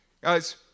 Guys